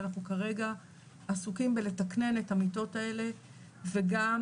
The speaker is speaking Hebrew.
ואנחנו כרגע עסוקים בלתקנן את המיטות האלה וגם